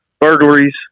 Burglaries